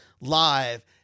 live